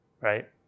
right